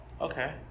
Okay